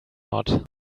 nod